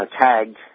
Tagged